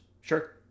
Sure